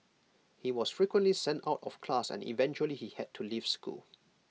he was frequently sent out of class and eventually he had to leave school